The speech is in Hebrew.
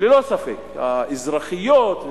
ללא ספק, האזרחיות,